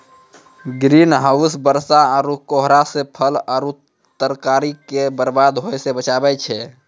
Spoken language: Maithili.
ग्रीन हाउस बरसा आरु कोहरा से फल आरु तरकारी के बरबाद होय से बचाबै छै